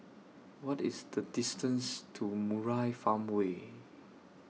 What IS The distance to Murai Farmway